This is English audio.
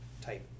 type